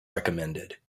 recommended